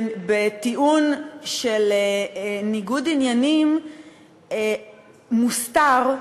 בטיעון של ניגוד עניינים מוסתר,